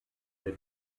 der